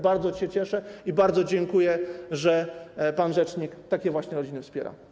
Bardzo się cieszę i bardzo dziękuję, że pan rzecznik takie właśnie rodziny wspiera.